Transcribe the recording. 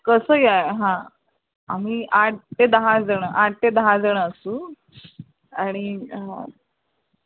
कसं या हां आम्ही आठ ते दहा जणं आठ ते दहा जणं असू आणि